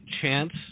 Chance